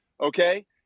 Okay